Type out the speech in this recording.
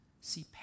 see